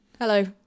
Hello